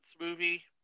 movie